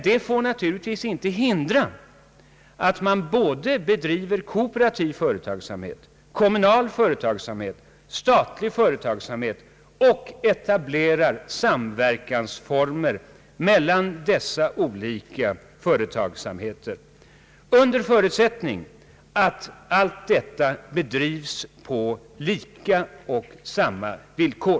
Det får naturligtvis inte hindra att man bedriver både kooperativ, kommunal och statlig företagsamhet och etablerar samverkansformer mellan dessa olika företagsamheter, under förutsättning att allt detta bedrivs på lika och samma villkor.